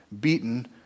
beaten